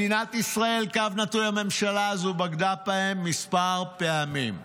מדינת ישראל / הממשלה הזו בגדה בהם כמה פעמים: